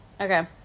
Okay